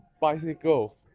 bicycle